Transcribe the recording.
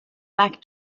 back